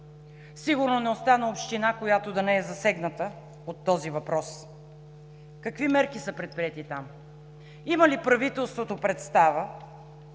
сигурно не остана община, която да не е засегната от този въпрос. Какви мерки са предприети там? Има ли правителството представа